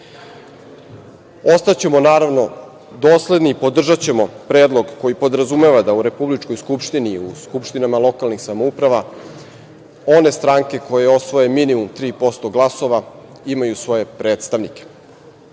sistema. Ostaćemo, naravno, dosledni i podržaćemo predlog koji podrazumeva da u Republičkoj skupštini i u skupštinama lokalnih samouprava one stranke koje osvoje minimum 3% glasova imaju svoje predstavnike. Postoji